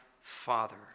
father